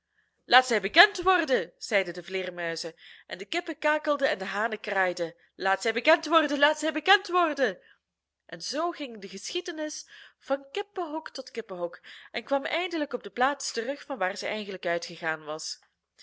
laat zij bekend worden zeiden de vleermuizen en de kippen kakelden en de hanen kraaiden laat zij bekend worden laat zij bekend worden en zoo ging de geschiedenis van kippenhok tot kippenhok en kwam eindelijk op de plaats terug vanwaar zij eigenlijk uitgegaan was